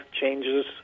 changes